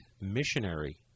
missionary